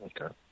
Okay